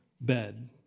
bed